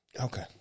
Okay